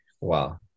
Wow